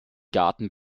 garten